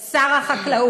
אדוני שר החקלאות,